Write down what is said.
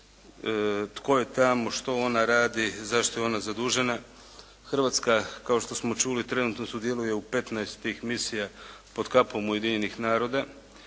tko je tamo, što ona radi, za što je ona zadužena? Hrvatska kao što smo čuli trenutno sudjeluje u 15 tih misija pod kapom Ujedinjenih naroda.